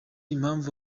impavu